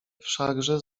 wszakże